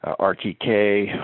RTK